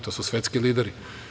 To su svetski lideri.